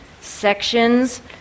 sections